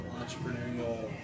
entrepreneurial